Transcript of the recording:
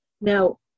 Now